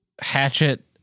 hatchet